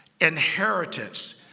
Inheritance